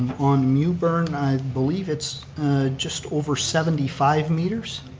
on mewburn i believe it's just over seventy five meters.